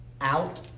out